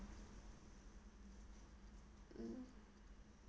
mm